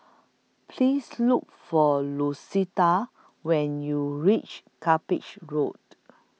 Please Look For Lucetta when YOU REACH Cuppage Road